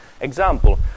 example